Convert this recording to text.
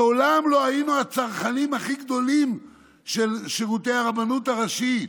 מעולם לא היינו הצרכנים הכי גדולים של שירותי הרבנות הראשית,